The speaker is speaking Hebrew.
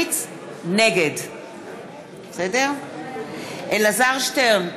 נגד אלעזר שטרן,